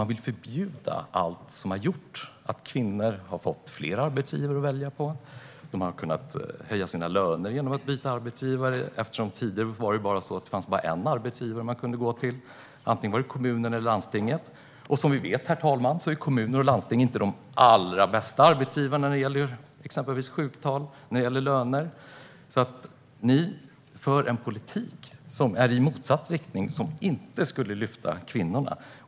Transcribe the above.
Man vill förbjuda allt som har gjort att kvinnor har fått fler arbetsgivare att välja på. De har kunnat höja sina löner genom att byta arbetsgivare. Tidigare fanns det bara en arbetsgivare att gå till. Det var antingen kommunen eller landstinget - och som vi vet, herr talman, är kommuner och landsting inte de allra bästa arbetsgivarna när det gäller exempelvis sjuktal och löner. Ni för en politik som går i motsatt riktning, som inte skulle lyfta kvinnorna.